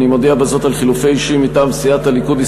אני מודיע בזאת על חילופי אישים מטעם סיעת הליכוד,